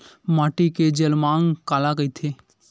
माटी के जलमांग काला कइथे?